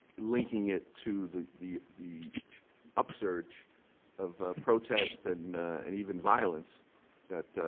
linking it to the the the upsurge of protest and and even violence that,